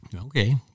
Okay